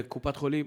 לעבור לקופת-חולים,